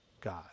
God